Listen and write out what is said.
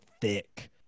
thick